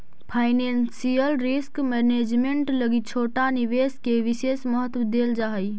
financial risk management लगी छोटा निवेश के विशेष महत्व देल जा हई